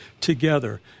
together